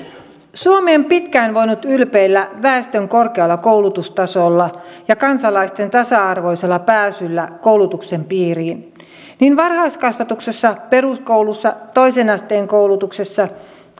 on pitkään voinut ylpeillä väestön korkealla koulutustasolla ja kansalaisten tasa arvoisella pääsyllä koulutuksen piiriin niin varhaiskasvatuksessa peruskoulussa toisen asteen koulutuksessa